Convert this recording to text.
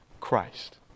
Christ